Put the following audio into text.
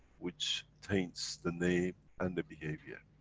which taints the name and the behavior.